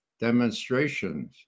demonstrations